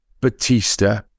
Batista